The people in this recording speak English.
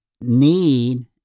need